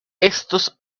estos